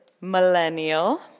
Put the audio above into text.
millennial